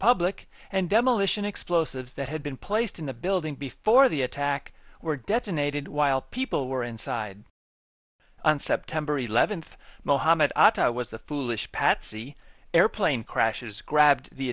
public and demolition explosives that had been placed in the building before the attack were detonated while people were inside on september eleventh mohamed atta was a foolish patsy airplane crashes grabbed the